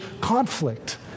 conflict